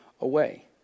away